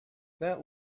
that